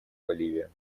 боливия